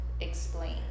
explain